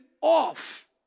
off